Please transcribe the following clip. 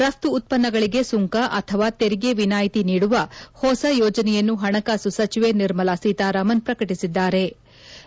ರಫ್ತು ಉತ್ಪನ್ನಗಳಿಗೆ ಸುಂಕ ಅಥವಾ ತೆರಿಗೆ ವಿನಾಯಿತಿ ನೀಡುವ ಹೊಸ ಯೋಜನೆಯನ್ನು ಹಣಕಾಸು ಸಚಿವೆ ನಿರ್ಮಲಾ ಸೀತಾರಾಮನ್ ಪ್ರಕಟಿಒದ್ದಾರೆ